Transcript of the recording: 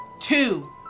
two